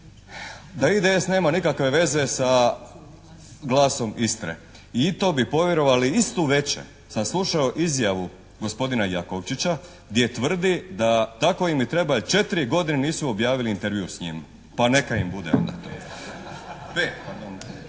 da IDS nema nikakve veze sa Glasom Istre. I to bi povjerovali. Istu večer sam slušao izjavu gospodina Jakovčića gdje tvrdi da tako im i treba jer 4 godine nisu objavili intervju s njima. Pa neka im bude onda.